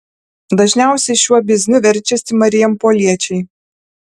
dažniausiai šiuo bizniu verčiasi marijampoliečiai